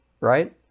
right